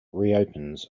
reopens